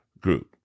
group